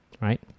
right